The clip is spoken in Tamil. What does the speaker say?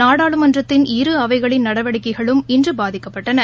நாடாளுமன்றத்தின் இரு அவைகளின் நடவடிக்கைகளும் இன்று பாதிக்கப்பட்டன